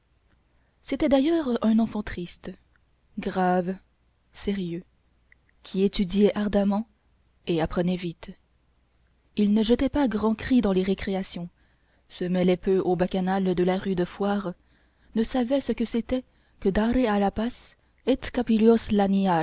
c'était d'ailleurs un enfant triste grave sérieux qui étudiait ardemment et apprenait vite il ne jetait pas grand cri dans les récréations se mêlait peu aux bacchanales de la rue du fouarre ne savait ce que c'était que dare alapas